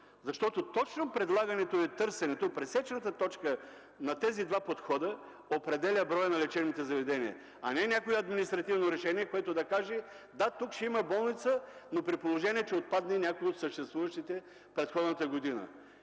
защото точно предлагането и търсенето – пресечната точка на тези два подхода определя броя на лечебните заведения, а не някое административно решение, което да каже: „Да, тук ще има болница, но при положение че отпадне някоя от съществуващите в предходната година”.